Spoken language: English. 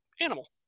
animal